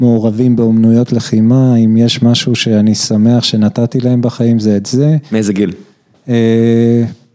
מעורבים באומנויות לחימה, אם יש משהו שאני שמח שנתתי להם בחיים זה את זה. מאיזה גיל?